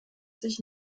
sich